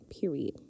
period